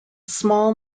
small